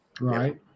right